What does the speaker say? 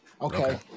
Okay